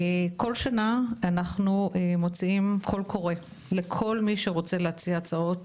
כל שנה אנחנו מוציאים קול קורא לכל מי שרוצה להציע הצעות